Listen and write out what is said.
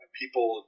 people